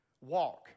walk